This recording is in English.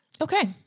Okay